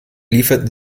lieferten